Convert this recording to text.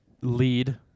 lead